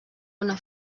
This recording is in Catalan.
una